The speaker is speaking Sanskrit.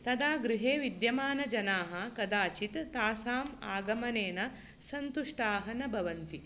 तदा गृहे विद्यमानजनाः कदाचित् तासाम् आगमनेन सन्तुष्टाः न भवन्ति